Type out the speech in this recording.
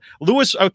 Lewis